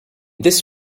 this